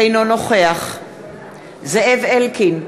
אינו נוכח זאב אלקין,